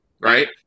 right